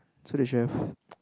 so they should have